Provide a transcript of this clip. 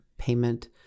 Payment